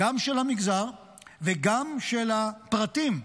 גם של המגזר וגם של הפרטים,